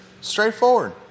Straightforward